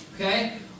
Okay